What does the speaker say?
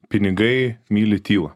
pinigai myli tylą